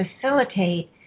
facilitate